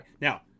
Now